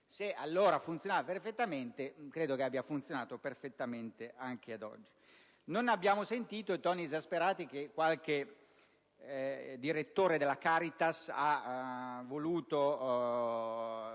Se allora funzionava perfettamente, credo che abbia funzionato perfettamente anche oggi. Non abbiamo sentito i toni esasperati che qualche direttore della Caritas ha voluto